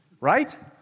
right